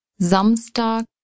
Samstag